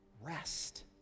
rest